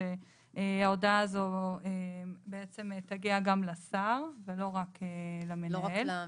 שההודעה הזו תגיע גם לשר ולא רק למנהל.